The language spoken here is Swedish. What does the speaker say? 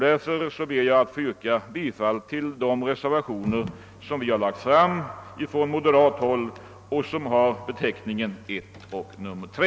Därför ber jag att få yrka bifall till reservationerna 1 och 3 till bankoutskottets utlåtande nr 70.